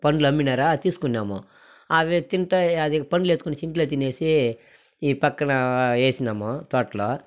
పండ్లు అమ్మినారా తీసుకున్నాము అవే తింటా అది పండ్లు ఎత్తుకొని సింట్లో తినేసి ఈ పక్కనా వేసినాము తోటలో